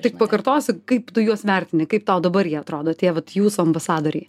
tik pakartosiu kaip tu juos vertini kaip tau dabar jie atrodo tie vat jūsų ambasadoriai